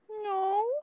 No